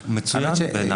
בעיניי זה מצוין.